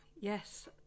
Yes